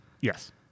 Yes